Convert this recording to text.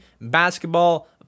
basketball